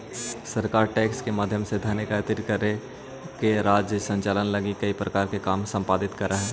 सरकार टैक्स के माध्यम से धन एकत्रित करके राज्य संचालन लगी कई प्रकार के काम संपादित करऽ हई